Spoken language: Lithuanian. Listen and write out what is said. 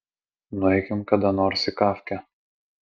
nueikim kada nors į kafkę